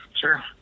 sure